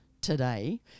today